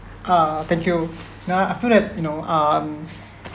uh thank you now I feel that you know um